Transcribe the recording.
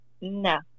no